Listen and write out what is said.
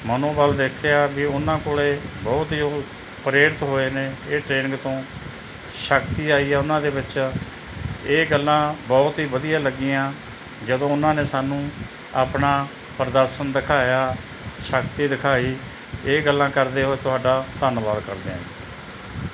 ਮਨੋਬਲ ਦੇਖਿਆ ਵੀ ਉਹਨਾਂ ਕੋਲ ਬਹੁਤ ਹੀ ਉਹ ਪ੍ਰੇਰਿਤ ਹੋਏ ਨੇ ਇਹ ਟ੍ਰੇਨਿੰਗ ਤੋਂ ਸ਼ਕਤੀ ਆਈ ਆ ਉਹਨਾਂ ਦੇ ਵਿੱਚ ਇਹ ਗੱਲਾਂ ਬਹੁਤ ਹੀ ਵਧੀਆ ਲੱਗੀਆਂ ਜਦੋਂ ਉਹਨਾਂ ਨੇ ਸਾਨੂੰ ਆਪਣਾ ਪ੍ਰਦਰਸ਼ਨ ਦਿਖਾਇਆ ਸ਼ਕਤੀ ਦਿਖਾਈ ਇਹ ਗੱਲਾਂ ਕਰਦੇ ਹੋਏ ਤੁਹਾਡਾ ਧੰਨਵਾਦ ਕਰਦੇ ਹਾਂ